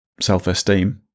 self-esteem